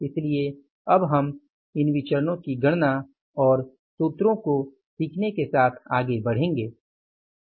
इसलिए अब हम इन विचरणों की गणना और सूत्रों को सीखने के साथ आगे बढ़ेंगे बढ़ाएंगे